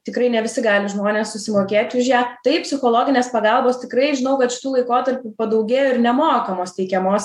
tikrai ne visi gali žmonės susimokėti už ją taip psichologinės pagalbos tikrai žinau kad šitu laikotarpiu padaugėjo ir nemokamos teikiamos